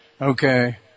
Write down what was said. Okay